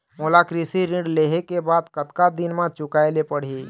मोला कृषि ऋण लेहे के बाद कतका दिन मा चुकाए ले पड़ही?